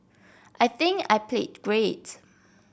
I think I played great